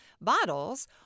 bottles